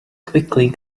quickly